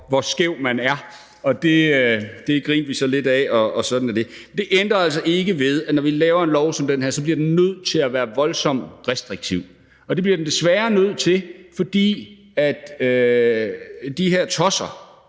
hvor skæv man er, og det grinte vi så lidt ad, og sådan er det. Men det ændrer altså ikke ved, at når vi laver en lov som den her, bliver den nødt til at være voldsomt restriktiv, og det bliver den desværre nødt til, fordi de her tosser,